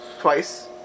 twice